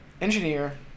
engineer